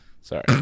sorry